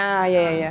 ah ya ya ya